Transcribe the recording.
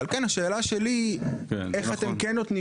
על כן השאלה שלי איך אתם כן נותנים